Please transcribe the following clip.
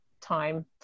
time